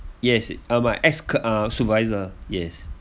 yes uh my ex uh supervisor yes